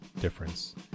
difference